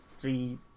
three